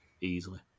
easily